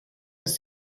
ist